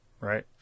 Right